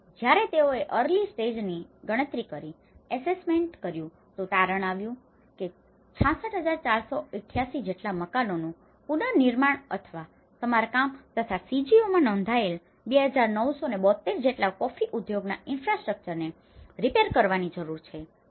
આમ જ્યારે તેઓએ અર્લી સ્ટેજની early stage પ્રારંભિક સમય ગણતરી કરી ઍસેસમેન્ટ assessment મૂલ્યાંકન કર્યું તો તારણ આવ્યું કે 66488 જેટલા મકાનોનું પુનનિર્માણ અથવા સમારકામ તથા CGOમાં નોંધાયેલા 2972 જેટલા કોફી ઉદ્યોગના ઇનફ્રાસ્ટ્રક્ચરને infrastructures માળખા રીપેર repair સમારકામ કરવાની જરૂર છે